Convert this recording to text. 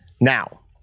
Now